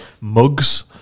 Mugs